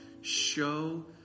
show